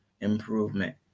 improvement